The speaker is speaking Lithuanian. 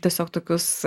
tiesiog tokius